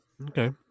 Okay